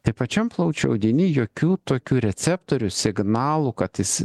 tai pačiam plaučių audiny jokių tokių receptorių signalų kad jis